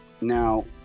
now